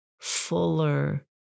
fuller